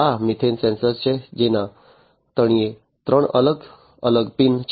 આ methane sensor છે જેના તળિયે ત્રણ અલગ અલગ પિન છે